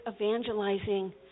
evangelizing